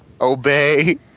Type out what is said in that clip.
Obey